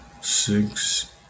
six